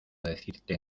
decirte